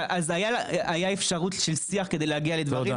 אז היה אפשרות של שיח כדי להגיע לדברים.